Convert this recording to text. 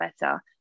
better